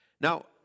Now